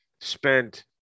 spent